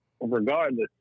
Regardless